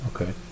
Okay